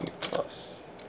plus